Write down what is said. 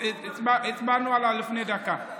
הצבענו עליו לפני דקה.